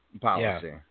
policy